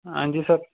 ਹਾਂਜੀ ਸਰ